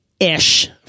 ish